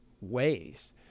ways